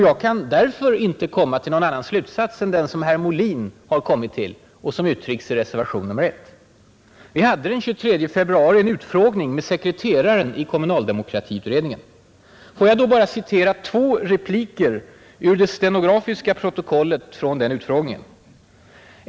Jag kan därför inte komma till någon annan slutsats än den som herr Molin har kommit till och som uttryckes i reservationen 1. Vi hade den 23 februari en utfrågning med sekreteraren i kommunaldemokratiutredningen, Får jag bara citera två repliker ur det stenografiska protokollet från den utfrågningen.